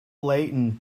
leighton